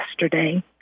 yesterday